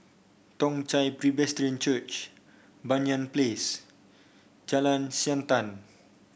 Toong Chai Presbyterian Church Banyan Place Jalan Siantan